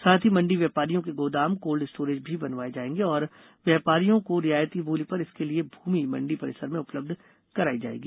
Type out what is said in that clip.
साथ ही मण्डी व्यापारियों के गोदाम कोल्ड स्टोरेज भी बनवाये जायेंगे और व्यापारियों को रियायती मूल्य पर इसके लिए भूमि मण्डी परिसर में उपलब्ध कराई जायेगी